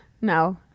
No